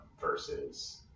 versus